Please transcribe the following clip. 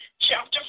chapter